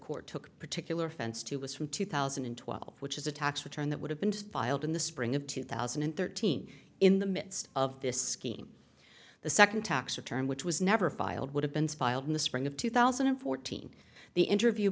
court took particular fence to was from two thousand and twelve which is a tax return that would have been filed in the spring of two thousand and thirteen in the midst of this scheme the second tax return which was never filed would have been filed in the spring of two thousand and fourteen the interview